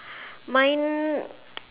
mind